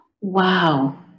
Wow